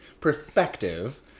perspective